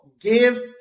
give